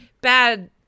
bad